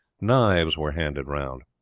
knives were handed round.